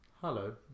Hello